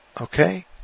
okay